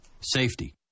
Safety